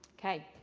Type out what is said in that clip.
ok.